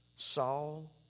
Saul